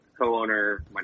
co-owner